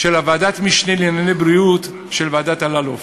של ועדת המשנה לענייני בריאות של ועדת אלאלוף: